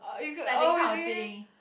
like that kind of thing